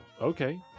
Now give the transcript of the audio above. Okay